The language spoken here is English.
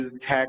tech